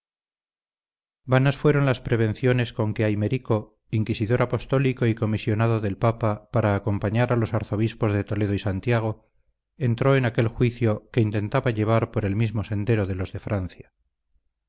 vanas fueron las prevenciones con que aymerico inquisidor apostólico y comisionado del papa para acompañar a los arzobispos de toledo y santiago entró en aquel juicio que intentaba llevar por el mismo sendero de los de francia